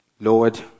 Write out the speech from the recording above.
Lord